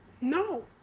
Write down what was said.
No